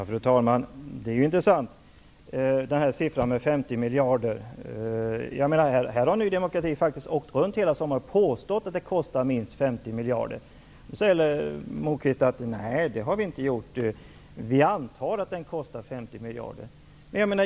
Fru talman! Det Lars Moquist säger om siffran 50 miljarder är intressant. Här har Ny demokrati åkt runt hela sommaren och påstått att det kostar minst 50 miljarder, men nu säger Moquist: Nej, det har vi inte sagt. Vi antar att den kostar 50 miljarder.